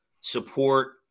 support